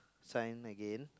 sign again